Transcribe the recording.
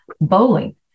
Bowling